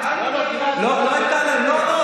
לא,